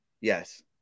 Yes